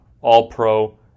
All-Pro